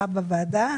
לוועדה שלך,